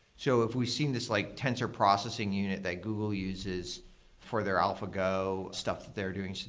so if we've seen this like tensor processing unit that google uses for their alphago stuff that they're doing,